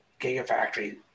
gigafactory